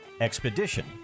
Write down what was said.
Expedition